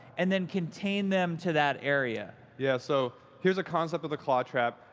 and then contain them to that area. yeah so, here's a concept of the claw trap.